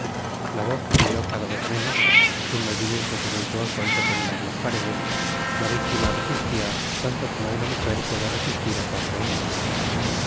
la voz se oyó cada vez menos un movimiento tumultuoso hizo temblarlas paredes la víctima resistía tanto como una mujer puede resistir á cuatro hombres